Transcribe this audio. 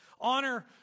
Honor